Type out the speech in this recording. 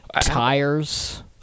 tires